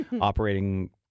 operating